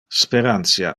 sperantia